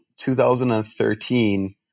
2013